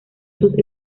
sus